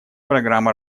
программа